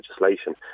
legislation